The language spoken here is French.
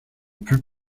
put